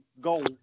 goal